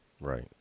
Right